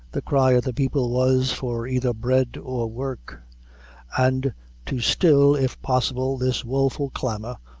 the cry of the people was, for either bread or work and to still, if possible, this woeful clamor,